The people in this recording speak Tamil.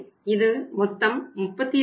எனவே இது மொத்தம் 32